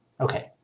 Okay